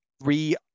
re